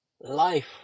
life